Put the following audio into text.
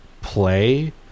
play